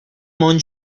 món